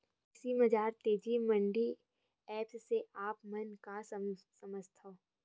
कृषि बजार तेजी मंडी एप्प से आप मन का समझथव?